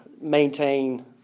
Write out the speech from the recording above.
maintain